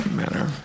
manner